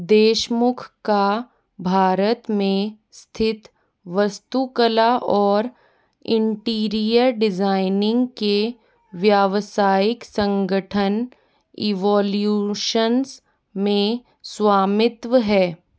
देशमुख का भारत में स्थित वस्तुकला और इंटीरियर डिजाइनिंग के व्यावसायिक संगठन इवोल्यूशंस में स्वामित्व है